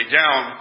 down